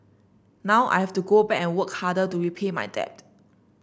now I have to go back and work harder to repay my debt